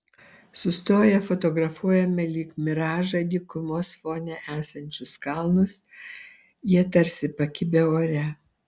sustoję fotografuojame lyg miražą dykumos fone esančius kalnus jie tarsi pakibę ore